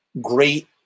great